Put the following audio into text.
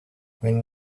when